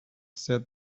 said